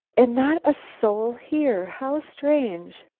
and not a soul here! how strange!